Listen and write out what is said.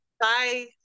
Bye